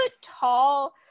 tall